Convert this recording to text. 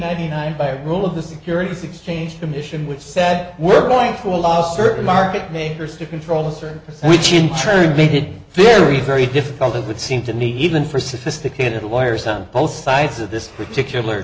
ninety nine rule of the security six change commission which said we're going to allow certain market makers to control history which in turn made it very very difficult it would seem to need even for sophisticated lawyers on both sides of this particular